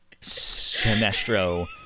Sinestro